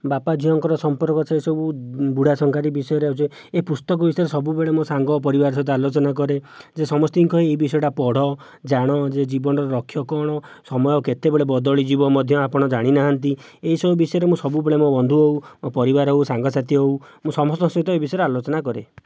ବାପା ଝିଅଙ୍କର ସମ୍ପର୍କ ସେହିସବୁ ବୁଢ଼ା ଶଙ୍ଖାରି ବିଷୟରେ ଅଛି ଏହି ପୁସ୍ତକ ବିଷୟରେ ସବୁବେଳେ ମୋ' ସାଙ୍ଗ ଓ ପରିବାର ସହିତ ଆଲୋଚନା କରେ ଯେ ସମସ୍ତଙ୍କୁ କହେ ଏହି ବିଷୟଟା ପଢ଼ ଜାଣ ଯେ ଜୀବନର ଲକ୍ଷ୍ୟ କ'ଣ ସମୟ କେତେବେଳେ ବଦଳିଯିବ ମଧ୍ୟ ଆପଣ ଜାଣିନାହାନ୍ତି ଏହିସବୁ ବିଷୟରେ ମୁଁ ସବୁବେଳେ ମୋ' ବନ୍ଧୁ ହେଉ ପରିବାର ହେଉ ସାଙ୍ଗସାଥି ହେଉ ମୁଁ ସମସ୍ତଙ୍କ ସହିତ ଏ ବିଷୟରେ ଆଲୋଚନା କରେ